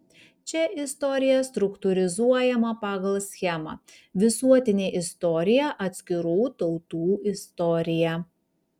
čia istorija struktūrizuojama pagal schemą visuotinė istorija atskirų tautų istorija